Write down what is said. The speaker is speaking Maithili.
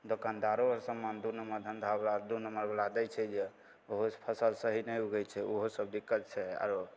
दोकानदारो आओर समान दुइ नम्बर धन्धा ओकरा दुइ नम्बरवला दै छै जे ओहोसे फसिल सही नहि उगै छै ओहोसब दिक्कत छै आओर